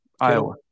iowa